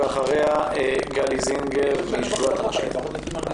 ואחריה גלי זינגר משדולת הנשים.